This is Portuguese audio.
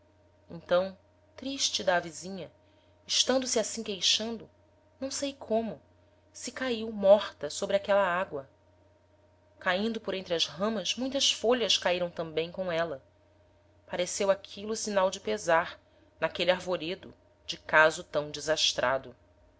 da avezinha estando se assim queixando não sei como se caiu morta sobre aquela agoa caindo por entre as ramas muitas folhas cairam tambem com éla pareceu aquilo sinal de pesar n'aquele arvoredo de caso tam desastrado